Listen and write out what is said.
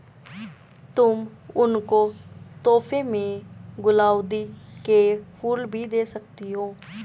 तुम उनको तोहफे में गुलाउदी के फूल भी दे सकती हो